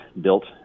built